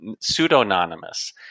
pseudonymous